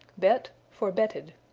bet for betted.